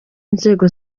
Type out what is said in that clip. inzego